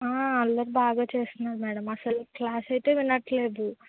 అల్లరి బాగా చేస్తున్నాడు మేడమ్ అసలు క్లాస్ అయితే వినట్లేదు